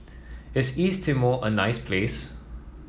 is East Timor a nice place